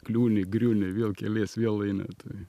kliūni griūni vėl kelies vėl eini tai